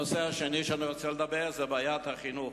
הנושא השני שאני רוצה לדבר עליו הוא בעיית החינוך.